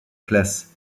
classe